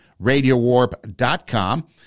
RadioWarp.com